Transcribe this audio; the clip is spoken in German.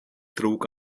trug